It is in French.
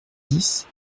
dix